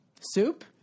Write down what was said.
Soup